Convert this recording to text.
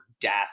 death